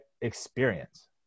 Experience